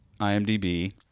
IMDb